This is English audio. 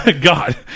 God